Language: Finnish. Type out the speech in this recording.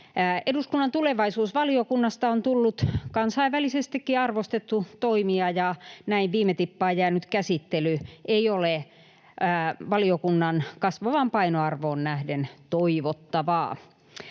Eduskunnan tulevaisuusvaliokunnasta on tullut kansainvälisestikin arvostettu toimija, ja näin viime tippaan jäänyt käsittely ei ole valiokunnan kasvavaan painoarvoon nähden toivottavaa.